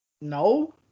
No